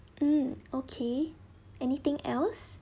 mm okay anything else